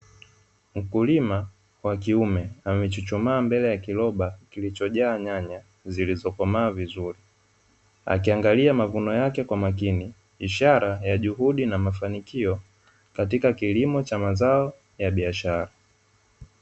Mkulima wa kiume amechuchumaa mbele ya kiroba kilichojaa nyanya zilizokomaa vizuri. Akiangalia mavuno yake kwa makini ishara ya juhudi na mafanikio katika kilimo cha mazao ya biashara.